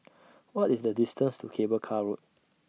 What IS The distance to Cable Car Road